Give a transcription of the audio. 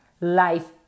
life